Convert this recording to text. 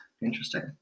Interesting